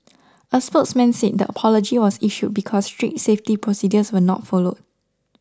a spokesman said the apology was issued because strict safety procedures were not followed